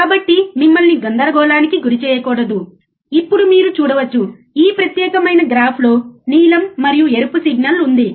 కాబట్టి మిమ్మల్ని గందరగోళానికి గురిచేయకూడదు ఇప్పుడు మీరు చూడవచ్చు ఈ ప్రత్యేకమైన గ్రాఫ్లో నీలం మరియు ఎరుపు సిగ్నల్ ఉంది